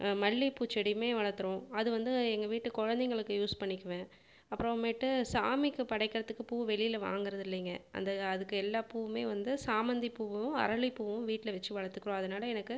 மல்லிப்பூ செடியுமே வளர்த்துறோம் அது வந்து எங்கள் வீட்டு குழந்தைங்களுக்கு யூஸ் பண்ணிக்கிவேன் அப்புறமேட்டு சாமிக்கு படைக்கிறத்துக்கு பூ வெளியில் வாங்கிறதில்லிங்க அந்த அதுக்கு எல்லா பூவுமே வந்து சாமந்தி பூவும் அரளிப்பூவும் வீட்டில் வச்சு வளர்த்துக்குறோம் அதனால எனக்கு